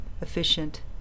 efficient